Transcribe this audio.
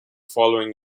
following